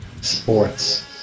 sports